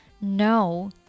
No